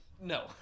no